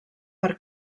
per